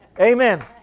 Amen